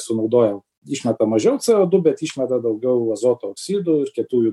sunaudoja išmeta mažiau c o du bet išmeta daugiau azoto oksidų ir kietųjų